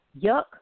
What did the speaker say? yuck